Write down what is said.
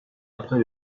après